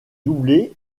doublé